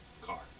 car